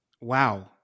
Wow